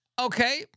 Okay